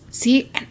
see